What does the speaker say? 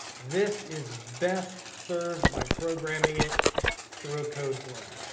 this is best served by programming it through a codeplug.